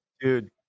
Dude